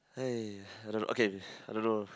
!hai! I don't know okay I don't know